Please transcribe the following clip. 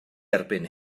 erbyn